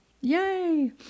Yay